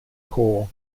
core